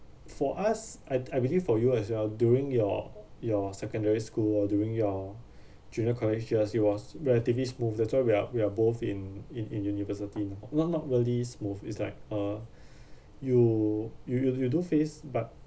for us I I believe for you as well during your your secondary school or during your junior college years it was relatively smooth that's why we are we are both in in in university not not really smooth it's like uh you you you you do face but